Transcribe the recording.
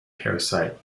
parasite